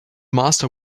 master